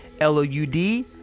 L-O-U-D